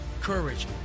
Courage